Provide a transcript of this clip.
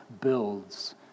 builds